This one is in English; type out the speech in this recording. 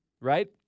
right